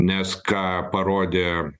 nes ką parodė